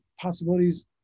possibilities